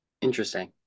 Interesting